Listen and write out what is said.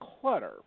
clutter